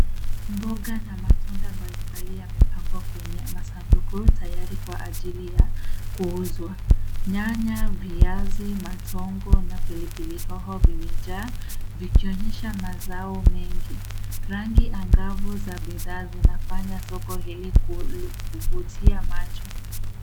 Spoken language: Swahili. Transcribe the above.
Mboga na matunda mbalimbali yamepangwa kwenye masanduku tayari kwa ajili ya kuuzwa. Nyanya, viazi, matongo na pilipili hoho vimejaa, vikionyesha mazao mengi. Rangi angavu za bidhaa zinafanya soko hili kuvutia macho.